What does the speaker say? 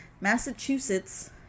Massachusetts